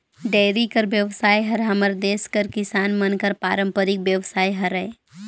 dairy कर बेवसाय हर हमर देस कर किसान मन कर पारंपरिक बेवसाय हरय